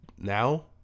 now